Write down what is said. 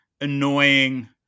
annoying